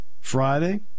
Friday